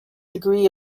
degree